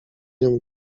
nią